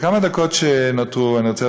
בכמה דקות שנותרו אני רוצה,